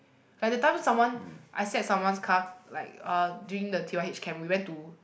like that time someone I sat someone's car like uh during the t_y_h camp we went to